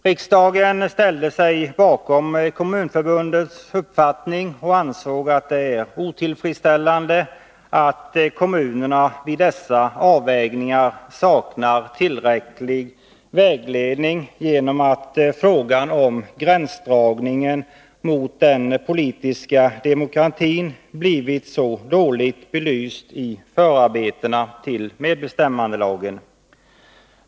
Riksdagen ställde sig bakom kommunförbundens uppfattning och ansåg att det är otillfredsställande att kommunerna vid dessa avvägningar saknar tillräcklig vägledning genom att frågan om gränsdragningen mot den politiska demokratin blivit så dåligt belyst i förarbetena till medbestämmandelagen.